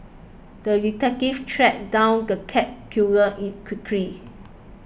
the detective tracked down the cat killer quickly